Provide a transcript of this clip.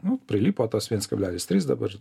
nu prilipo tas viens kablelis trys dabar